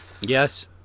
Yes